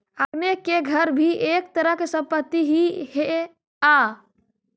आपने के घर भी एक तरह के संपत्ति ही हेअ